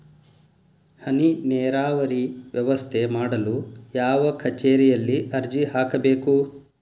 ಹನಿ ನೇರಾವರಿ ವ್ಯವಸ್ಥೆ ಮಾಡಲು ಯಾವ ಕಚೇರಿಯಲ್ಲಿ ಅರ್ಜಿ ಹಾಕಬೇಕು?